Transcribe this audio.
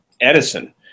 edison